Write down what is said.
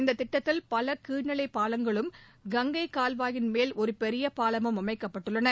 இந்த திட்டத்தில் பல கீழ்நிலை பாலங்களும் கங்கை கால்வாயின் மேல் ஒரு பெரிய பாலமும் அமைக்கப்பட்டுள்ளன